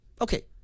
Okay